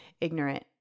ignorant